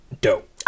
dope